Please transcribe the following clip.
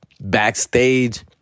backstage